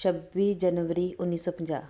ਛੱਬੀ ਜਨਵਰੀ ਉੱਨੀ ਸੌ ਪੰਜਾਹ